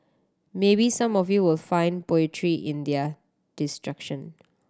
maybe some of you will find poetry in their destruction